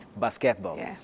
basketball